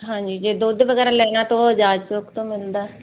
ਹਾਂਜੀ ਜੇ ਦੁੱਧ ਵਗੈਰਾ ਲੈਣਾ ਤਾਂ ਉਹ ਜਹਾਜ਼ ਚੋਂਕ ਤੋਂ ਮਿਲਦਾ